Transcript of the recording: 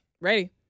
Ready